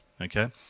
Okay